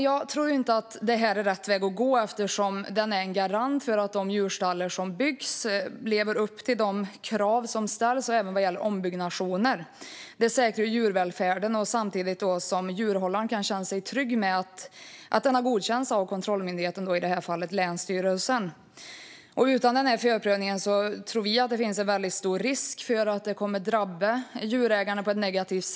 Jag tror inte att det här är rätt väg att gå eftersom förprövningen är en garant för att de djurstallar som byggs lever upp till de krav som ställs, även vad gäller ombyggnationer. Det säkrar djurvälfärden samtidigt som djurhållaren kan känna sig trygg med att ha godkänts av kontrollmyndigheten, i det här fallet länsstyrelsen. Utan den här förprövningen tror vi att det finns stor risk att djurägarna drabbas negativt.